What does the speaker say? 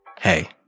Hey